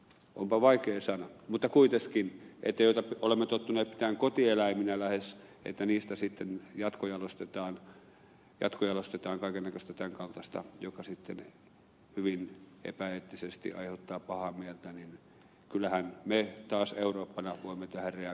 onpa vaikea sana mutta joita kuitenkin olemme tottuneet pitämään lähes kotieläiminä ja joista sitten jatkojalostetaan kaiken näköistä tämän kaltaista joka sitten hyvin epäeettisesti aiheuttaa pahaa mieltä niin kyllähän me taas eurooppana voimme tähän reagoida